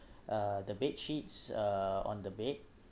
uh the bed sheets uh on the bed